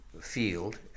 field